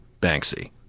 Banksy